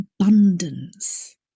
abundance